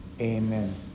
Amen